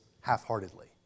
half-heartedly